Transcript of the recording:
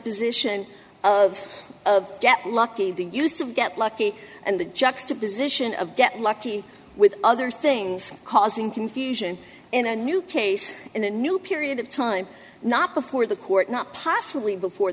juxtaposition of of get lucky use of get lucky and the juxtaposition of get lucky with other things causing confusion in a new case in a new period of time not before the court not possibly before